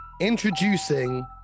introducing